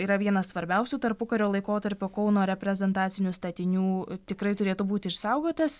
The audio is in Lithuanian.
yra vienas svarbiausių tarpukario laikotarpio kauno reprezentacinių statinių tikrai turėtų būti išsaugotas